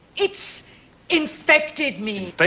it's infected me. but